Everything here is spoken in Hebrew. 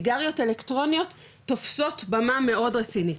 סיגריות אלקטרוניות תופסות במה מאוד רצינית.